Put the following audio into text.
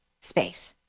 space